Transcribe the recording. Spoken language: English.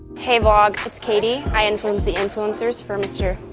hey vlog, it's katie. i influence the influencers for mr.